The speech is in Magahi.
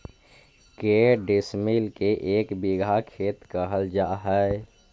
के डिसमिल के एक बिघा खेत कहल जा है?